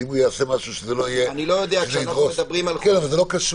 זה לאו דווקא כאן.